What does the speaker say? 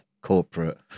corporate